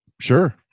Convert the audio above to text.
Sure